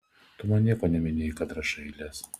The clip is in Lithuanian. tu man nieko neminėjai kad rašai eiles